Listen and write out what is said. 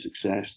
success